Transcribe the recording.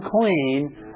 clean